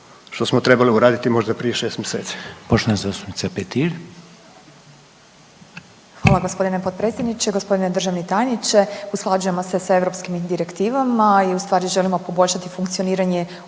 što smo trebali uraditi možda prije 6 mjeseci.